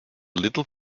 little